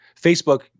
Facebook